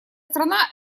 страна